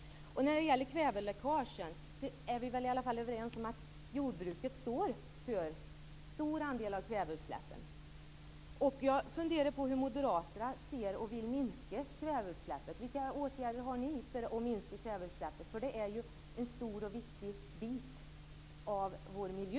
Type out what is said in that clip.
När det gäller kväveläckagen är vi väl i alla fall överens om att jordbruket står för en stor andel av utsläppen. Hur ser ni moderater på detta och hur vill ni minska kväveutsläppen? Vilka förslag till minskade kväveutsläpp har ni alltså? Det är ju fråga om en stor och viktig del av vår miljö.